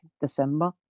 December